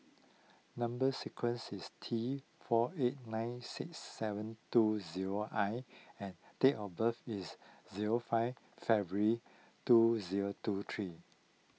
Number Sequence is T four eight nine six seven two zero I and date of birth is zero five February two zero two three